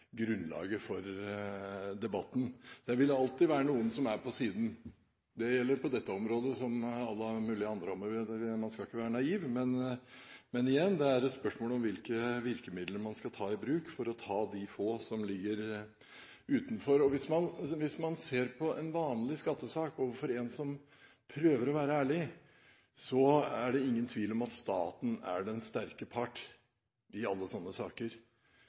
grunnlaget for debatten. Det vil alltid være noen som er på siden. Det gjelder på dette området som på alle mulige andre områder. Man skal ikke være naiv, men – igjen – det er et spørsmål om hvilke virkemidler man skal ta i bruk for å ta de få som holder seg utenfor. Hvis man ser på en vanlig skattesak overfor en som prøver å være ærlig, er det ingen tvil om at staten er den sterke part. Det gjelder i alle slike saker.